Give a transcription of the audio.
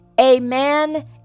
Amen